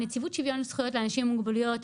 נציבות שוויון זכויות לאנשים עם מוגבלויות,